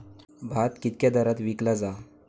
भात कित्क्या दरात विकला जा?